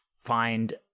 find